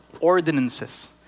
ordinances